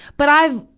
but i've,